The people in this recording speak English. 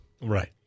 Right